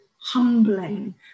humbling